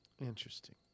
Interesting